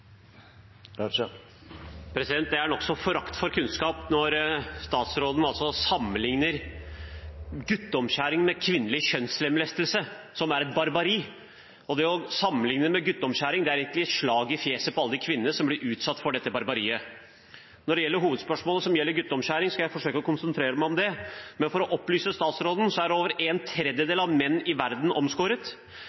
Det er nokså stor forakt for kunnskap når statsråden sammenligner gutteomskjæring med kvinnelig kjønnslemlestelse, som er barbari. Å sammenligne det med gutteomskjæring er egentlig et slag i fjeset på alle de kvinnene som blir utsatt for dette barbariet. Når det gjelder hovedspørsmålet, som gjelder gutteomskjæring, skal jeg forsøke å konsentrere meg om det. For å opplyse statsråden: Over en